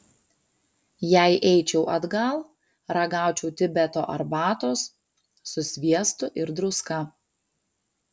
jei eičiau atgal ragaučiau tibeto arbatos su sviestu ir druska